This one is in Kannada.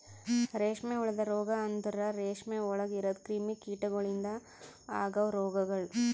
ರೇಷ್ಮೆ ಹುಳದ ರೋಗ ಅಂದುರ್ ರೇಷ್ಮೆ ಒಳಗ್ ಇರದ್ ಕ್ರಿಮಿ ಕೀಟಗೊಳಿಂದ್ ಅಗವ್ ರೋಗಗೊಳ್